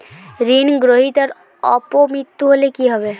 ঋণ গ্রহীতার অপ মৃত্যু হলে কি হবে?